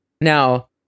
Now